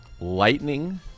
Lightning